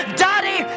daddy